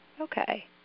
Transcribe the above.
Okay